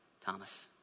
Thomas